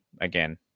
again